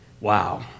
Wow